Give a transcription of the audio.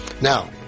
Now